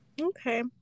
okay